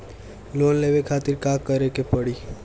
Loan लेवे खातिर का करे के पड़ी?